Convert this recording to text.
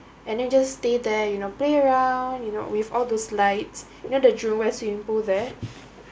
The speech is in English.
and then just stay there you know play around you know with all those like near the jurong west swimming pool there